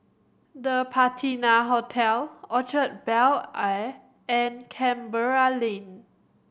The Patina Hotel Orchard Bel Air and Canberra Lane